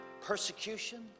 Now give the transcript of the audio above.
persecution